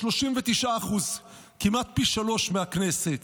39% כמעט פי שלושה מהכנסת.